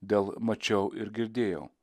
dėl mačiau ir girdėjau